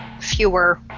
fewer